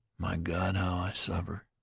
my god i suffer!